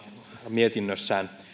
mietinnössään